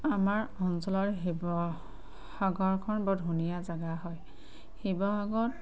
আমাৰ অঞ্চলৰ শিৱসসাগৰখন বৰ ধুনীয়া জেগা হয় শিৱসাগৰত